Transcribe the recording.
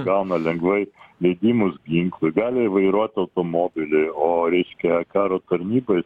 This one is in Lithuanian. gauna lengvai leidimus ginklui gali vairuot automobilį o reiškia karo tarnybai